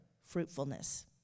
fruitfulness